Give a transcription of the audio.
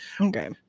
Okay